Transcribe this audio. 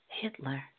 Hitler